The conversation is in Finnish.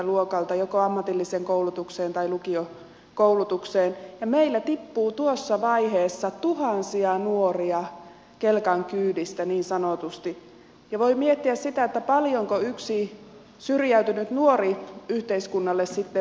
luokalta joko ammatilliseen koulutukseen tai lukiokoulutukseen ja meillä tippuu tuossa vaiheessa tuhansia nuoria kelkan kyydistä niin sanotusti ja voi miettiä sitä paljonko yksi syrjäytynyt nuori yhteiskunnalle sitten maksaa